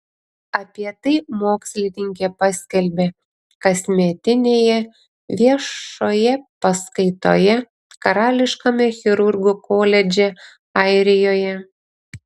apie tai mokslininkė paskelbė kasmetinėje viešoje paskaitoje karališkame chirurgų koledže airijoje